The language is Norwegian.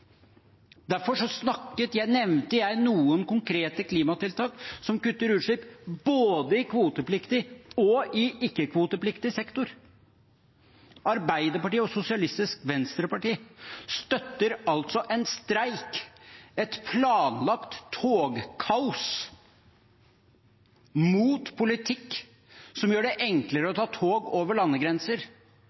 nevnte jeg noen konkrete klimatiltak som kutter utslipp – både i kvotepliktig og i ikke-kvotepliktig sektor. Arbeiderpartiet og Sosialistisk Venstreparti støtter altså en streik, et planlagt togkaos, mot politikk som gjør det enklere å ta tog over landegrenser.